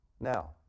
Now